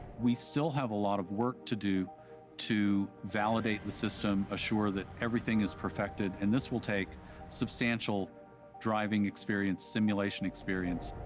we still have a lot of work to do to validate the system, assure that everything is perfected, and this will take substantial driving experience, simulation experience.